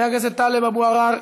חבר הכנסת טלב אבו עראר,